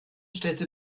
städte